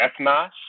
ethnos